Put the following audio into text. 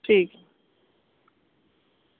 ठीक